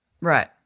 Right